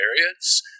areas